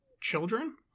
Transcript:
children